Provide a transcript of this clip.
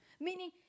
Meaning